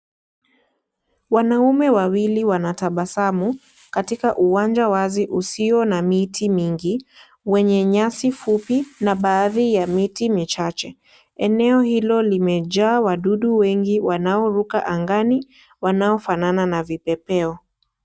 Wanaume wawili wanatabasamu, katika uwanja wazi usio na miti mingi, wenye nyasi fupi, na baadhi ya miti michache. Eneo hilo kimejaa wadudu wengi wanaoruka angani, wanaofanana na vipepeo.